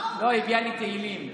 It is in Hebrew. היא הביאה לי תהילים.